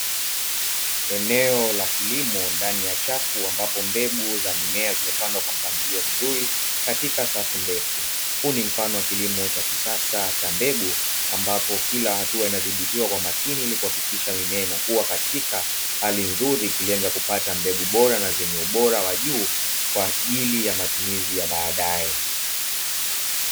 Eneo la kilimo ndani ya chafu, ambapo mbegu za mimea zimepandwa kwa mpangilio mzuri katika safu ndefu. Huu ni mfano wa kilimo cha kisasa cha mbegu, ambapo kila hatua inadhibitiwa kwa makini ili kuhakikisha mimea inakua katika hali nzuri, ikilenga kupata mbegu bora na zenye ubora wa juu kwa ajili ya matumizi ya baadaye.